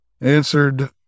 answered